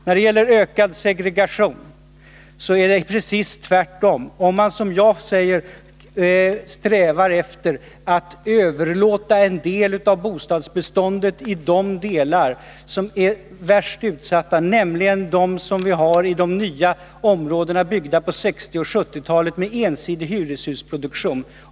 När det gäller den ökade segregationen är det däremot precis tvärtom. Värst utsatta områden är de som byggdes på 1960 och 1970-talen med ensidig hyreshusproduktion.